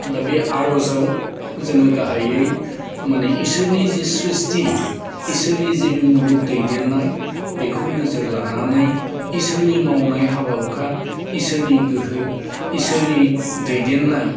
दा बे आर'जाव जोङो गाहायै माने इसोरनि जे स्रिसथि इसोरनि जे बे मुलुग दैदेननाय बेखौ नोजोर लानानै इसोरनि मावनाय हाबा हुखा इसोरनि गोहो इसोरनि दैदेननाय